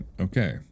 Okay